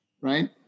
right